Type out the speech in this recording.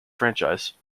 franchise